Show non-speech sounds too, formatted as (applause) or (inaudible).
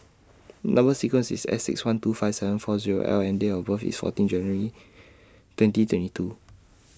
Number sequence IS S six one two five seven four Zero L and Date of birth IS fourteen February twenty twenty two (noise)